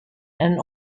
and